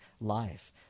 life